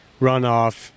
runoff